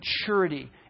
maturity